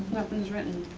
nothing written.